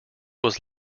was